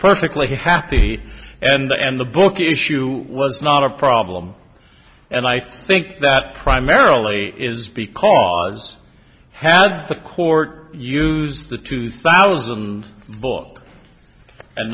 perfectly happy and the bookie issue was not a problem and i think that primarily is because had the court use the two thousand book and